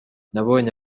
nabonye